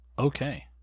okay